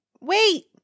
wait